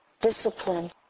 discipline